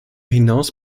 hinaus